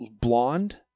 blonde